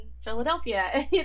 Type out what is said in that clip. Philadelphia